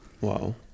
wow